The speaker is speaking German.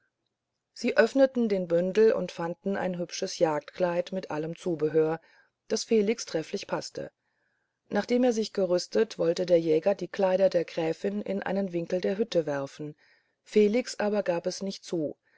sie öffneten den bündel und fanden ein hübsches jagdkleid mit allem zubehör das felix trefflich paßte nachdem er sich gerüstet wollte der jäger die kleider der gräfin in einen winkel der hütte werfen felix gab es aber nicht zu